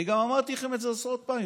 אני גם אמרתי לכם את זה עשרות פעמים.